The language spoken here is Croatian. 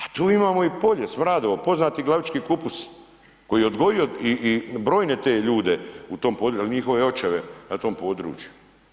A to imamo i polje, smradova, poznati glavički kupus koji je odgojio i brojne te ljude u tom području ili njihove očeve na tom području.